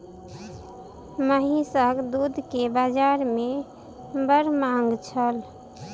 महीसक दूध के बाजार में बड़ मांग छल